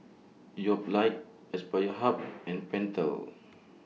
Yoplait Aspire Hub and Pentel